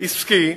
עסקי,